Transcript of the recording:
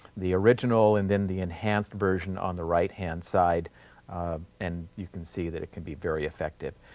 the original, and then the enhanced version on the right hand side and you can see that it can be very effective.